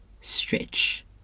stretch